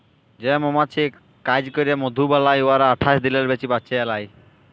যে মমাছি কাজ ক্যইরে মধু বালাই উয়ারা আঠাশ দিলের বেশি বাঁচে লায়